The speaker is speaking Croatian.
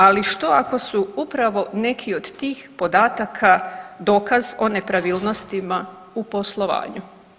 Ali što ako su upravo neki od tih podataka dokaz o nepravilnostima u poslovanju?